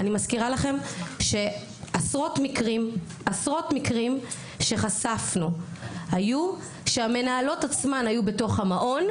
אני מזכירה לכם שעשרות מקרים שחשפנו היו שהמנהלות עצמן היו בתוך המעון,